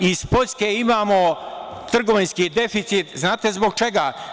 Iz Poljske imamo trgovinski deficit, znate li zbog čega?